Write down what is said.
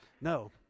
no